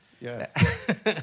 Yes